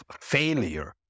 failure